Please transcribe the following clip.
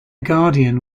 guardian